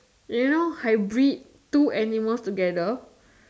you know hybrid two animals together